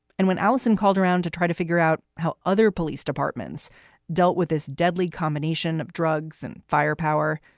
and when allison called around to try to figure out how other police departments dealt with this deadly combination of drugs and firepower,